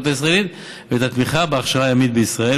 הישראלית ואת התמיכה בהכשרה ימית בישראל,